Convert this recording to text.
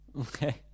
Okay